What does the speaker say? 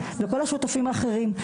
וכל השותפים האחרים.